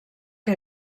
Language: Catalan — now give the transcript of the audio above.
que